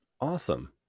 Awesome